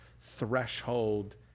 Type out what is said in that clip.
threshold